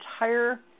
entire